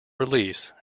release